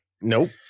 Nope